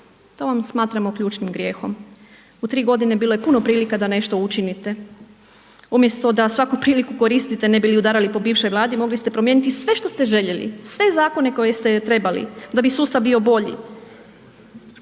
To vam smatramo ključnim grijehom. U 3 g. bilo je puno prilika da nešto učinite. Umjesto da svaku priliku koristite ne bili udarali po bivšoj Vladi, mogli ste promijeniti sve što ste željeli, sve zakone koje ste trebali da bi sustav bio bolji.